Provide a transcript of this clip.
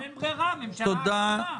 אבל אין ברירה, ממשלה עקומה.